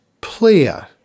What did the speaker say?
player